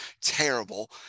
Terrible